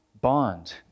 bond